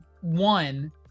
one